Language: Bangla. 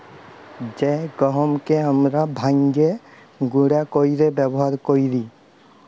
জ্যে গহমকে আমরা ভাইঙ্গে গুঁড়া কইরে ব্যাবহার কৈরি